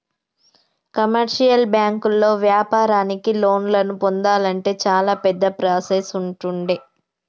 commercial బ్యాంకుల్లో వ్యాపారానికి లోన్లను పొందాలంటే చాలా పెద్ద ప్రాసెస్ ఉంటుండే